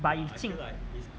but if jing